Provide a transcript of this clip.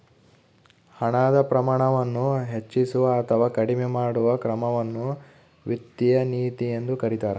ಹಣದ ಪ್ರಮಾಣವನ್ನು ಹೆಚ್ಚಿಸುವ ಅಥವಾ ಕಡಿಮೆ ಮಾಡುವ ಕ್ರಮವನ್ನು ವಿತ್ತೀಯ ನೀತಿ ಎಂದು ಕರೀತಾರ